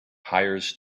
hires